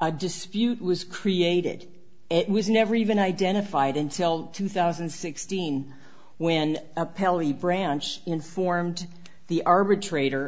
a dispute was created it was never even identified until two thousand and sixteen when appellee branch informed the arbitrator